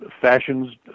fashions